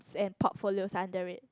and portfolio underrated